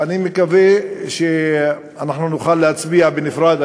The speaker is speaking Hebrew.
אני מקווה שנוכל להצביע בנפרד,